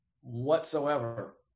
whatsoever